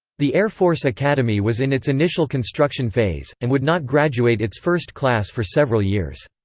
the air force academy was in its initial construction phase, and would not graduate its first class for several years.